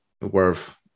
worth